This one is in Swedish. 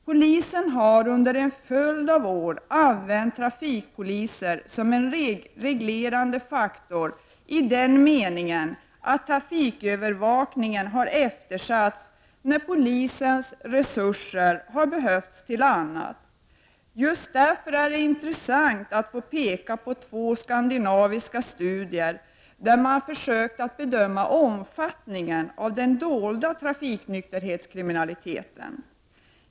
Man har under en följd av år använt trafikpoliser som en reglerande faktor i den meningen att trafikövervakningen har eftersatts när polisens resurser har behövts till annat. Just därför är det intressant att kunna peka på två skandinaviska studier, där man har försökt att bedöma omfattningen av den dolda trafiknykterhetskriminaliteten.